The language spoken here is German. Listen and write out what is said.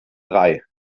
drei